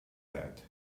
that